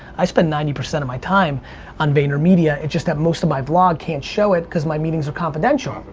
i spend ninety percent of my time on banner media it's just that most of my vlog can't show it cause my meetings are confidential.